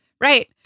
Right